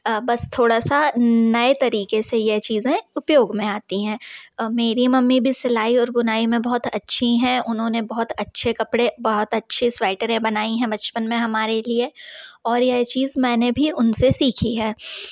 बस थोड़ा सा नए तरीके से ये चीज़ें है उपयोग में आती है मेरी मम्मी भी सिलाई और बुनाई में बहुत अच्छी है उन्होंने बहुत अच्छे कपड़े बहुत अच्छे स्वेटरें में बनाई है बचपन में हमारे लिए और ये चीज मैंने भी उनसे सीखी है